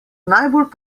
najbolj